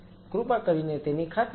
તેની ખાતરી કરો